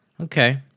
okay